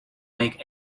make